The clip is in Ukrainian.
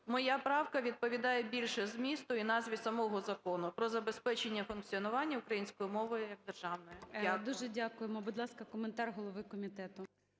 моя правка відповідає більше змісту і назві самого Закону "Про забезпечення функціонування української мови як державної". Дякую. ГОЛОВУЮЧИЙ. Дуже дякуємо. Будь ласка, коментар голови комітету.